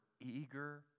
eager